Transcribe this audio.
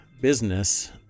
business